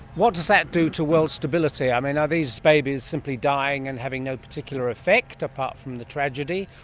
what does that do to world stability? i mean, are these babies simply dying and having no particular effect apart from the tragedy,